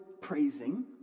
praising